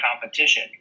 competition